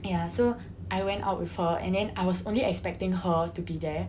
ya so I went out with her and then I was only expecting her to be there